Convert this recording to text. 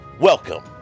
Welcome